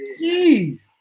Jeez